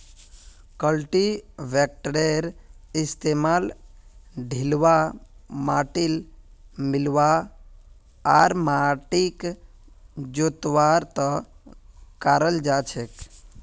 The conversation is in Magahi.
कल्टीवेटरेर इस्तमाल ढिलवा माटिक मिलव्वा आर माटिक जोतवार त न कराल जा छेक